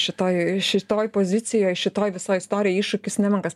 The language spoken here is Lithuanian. šitoj šitoj pozicijoj šitoj visoj istorijoj iššūkis nemenkas